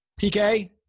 TK